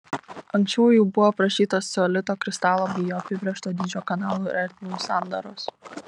anksčiau jau buvo aprašytos ceolito kristalo bei jo apibrėžto dydžio kanalų ir ertmių sandaros